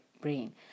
brain